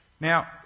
Now